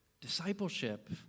Discipleship